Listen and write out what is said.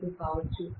85 కావచ్చు